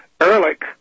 Ehrlich